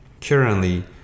Currently